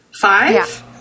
five